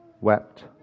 wept